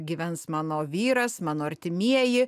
gyvens mano vyras mano artimieji